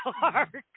dark